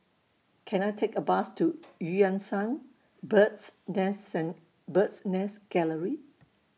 Can I Take A Bus to EU Yan Sang Bird's Nest Bird's Nest Gallery